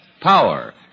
power